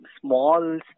small